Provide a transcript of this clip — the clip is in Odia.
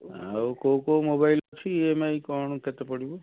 ଆଉ କେଉଁ କେଉଁ ମୋବାଇଲ ଅଛି ଇ ଏମ ଆଇ କ'ଣ କେତେ ପଡ଼ିବ